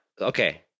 okay